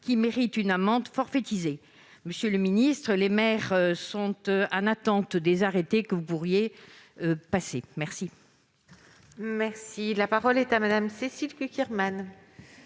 méritent une amende forfaitisée. Monsieur le ministre, les maires sont en attente des arrêtés que vous pourriez prendre en ce sens. La parole est à Mme Cécile Cukierman,